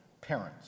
parents